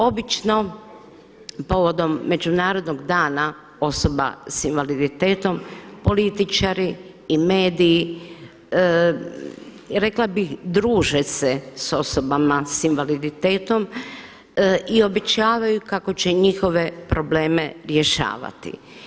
Obično povodom Međunarodnog dana osoba sa invaliditetom političari i mediji rekla bih druže se sa osobama sa invaliditetom i obećavaju kako će njihove probleme rješavati.